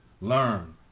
Learn